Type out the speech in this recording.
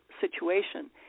situation